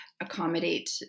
accommodate